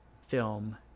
film